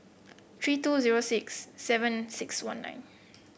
three two zero six seven six one nine